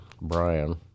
Brian